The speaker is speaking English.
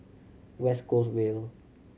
West Coast Vale